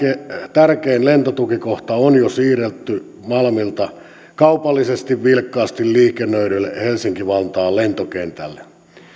tärkein lentotukikohta on jo siirretty malmilta kaupallisesti vilkkaasti liikennöidylle helsinki vantaan lentokentälle